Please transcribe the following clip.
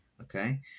Okay